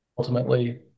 ultimately